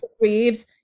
Reeves